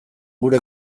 gure